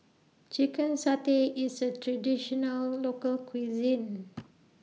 Chicken Satay IS A Traditional Local Cuisine